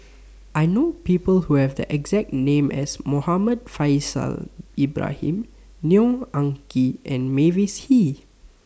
I know People Who Have The exact name as Muhammad Faishal Ibrahim Neo Anngee and Mavis Hee